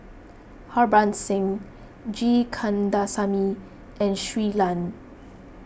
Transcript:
Harbans Singh G Kandasamy and Shui Lan